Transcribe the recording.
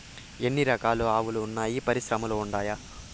ఎన్ని రకాలు ఆవులు వున్నాయి పరిశ్రమలు ఉండాయా?